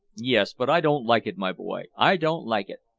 yes. but i don't like it, my boy, i don't like it!